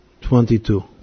twenty-two